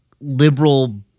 liberal